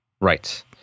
Right